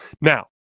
Now